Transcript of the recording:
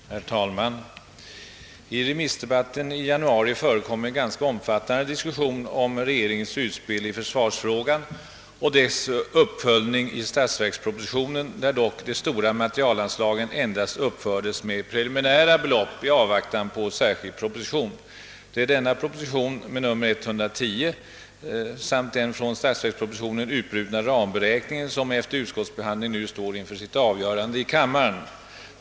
Herr talman! I remissdebatten i januari förekom en ganska omfattande diskussion om regeringens utspel i försvarsfrågan och dess uppföljning i statsverkspropositionen, där dock de stora materielanslagen endast uppfördes med preliminära belopp i avvaktan på särskild proposition. Det är denna proposition samt den från statsverkspropositionen utbrutna ramberäkningen som efter utskottsbehandling nu står inför sitt avgörande i kammaren.